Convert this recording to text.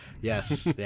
Yes